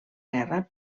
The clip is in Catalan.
guerra